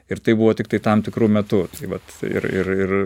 ir tai buvo tiktai tam tikru metu vat ir ir ir